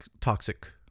toxic